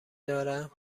دارم